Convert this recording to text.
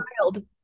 wild